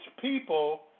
people